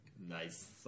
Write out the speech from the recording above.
Nice